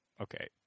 okay